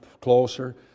closer